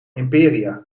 imperia